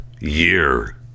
Year